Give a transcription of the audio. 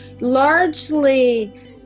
largely